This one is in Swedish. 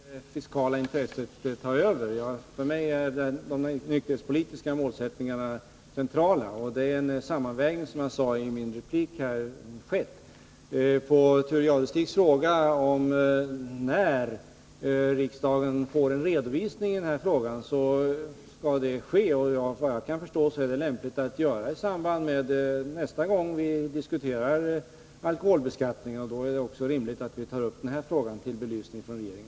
Herr talman! Jag har inte låtit det fiskala intresset ta överhand. För mig är de nykterhetspolitiska målsättningarna centrala, och som jag sade i min replik har det skett en sammanvägning. På Thure Jadestigs fråga när riksdagen får en redovisning kan jag säga att det kommer en sådan. Såvitt jag förstår är det lämpligt att detta sker nästa gång vi diskuterar alkoholbeskattningen. Då är det också rimligt att ta upp den här frågan till belysning.